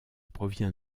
provient